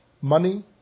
money